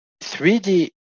3D